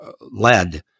led